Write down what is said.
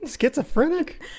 Schizophrenic